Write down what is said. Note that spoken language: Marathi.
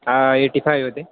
हा एटी फायव होते